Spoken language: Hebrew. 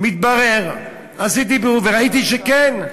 עשיתי בירור וראיתי שכן,